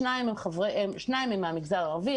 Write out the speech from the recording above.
שניים הם מהמגזר הערבי,